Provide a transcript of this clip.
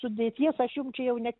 sudėties aš jum čia jau net